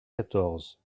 quatorze